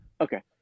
Okay